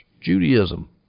Judaism